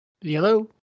Hello